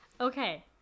Okay